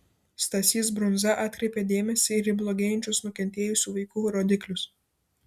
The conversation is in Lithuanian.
stasys brunza atkreipė dėmesį ir į blogėjančius nukentėjusių vaikų rodiklius